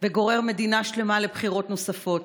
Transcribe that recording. וגורר מדינה שלמה לבחירות נוספות,